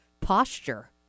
Posture